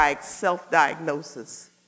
self-diagnosis